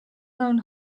known